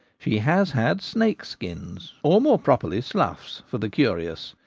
she has had snakes' skins, or more properly sloughs, for the curious.